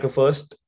first